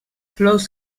flows